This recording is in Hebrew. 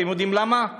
אתם יודעים למה?